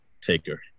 taker